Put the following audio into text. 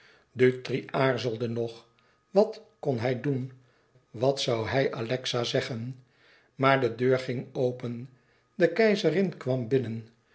dutri aarzelde nog wat kon hij doen wat zoû hij alexa zeggen maar de deur ging open de keizerin kwam binnen